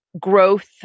growth